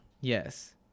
yes